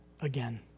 again